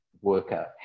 worker